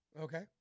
Okay